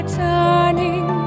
turning